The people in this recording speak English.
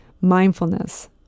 mindfulness